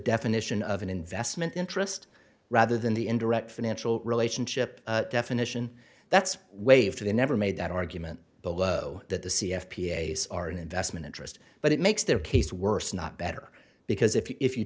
definition of an investment interest rather than the indirect financial relationship definition that's waived for they never made that argument below that the c f p a's are an investment interest but it makes their case worse not better because if you if you